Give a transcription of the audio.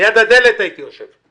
ליד הדלת הייתי יושב.